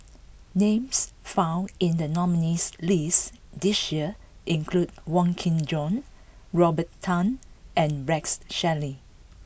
names found in the nominees' list this year include Wong Kin Jong Robert Tan and Rex Shelley